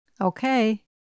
Okay